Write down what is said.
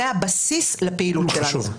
זה הבסיס לפעילות שלנו.